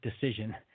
decision